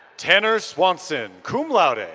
tanner swanson, cum laude. and